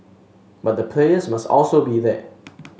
but the players must also be there